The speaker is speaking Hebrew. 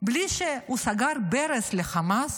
בלי שהוא סגר ברז לחמאס?